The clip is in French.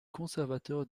conservateurs